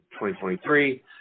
2023